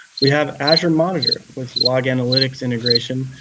we have azure monitor with log analytics integration,